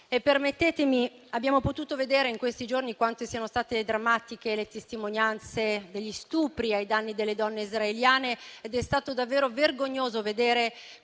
e, permettetemi, abbiamo potuto vedere in questi giorni quanto siano state drammatiche le testimonianze degli stupri ai danni delle donne israeliane ed è stato davvero vergognoso vedere